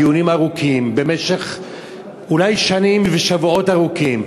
דיונים ארוכים במשך אולי שנים ושבועות ארוכים.